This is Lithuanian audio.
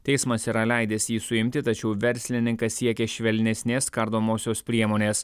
teismas yra leidęs jį suimti tačiau verslininkas siekė švelnesnės kardomosios priemonės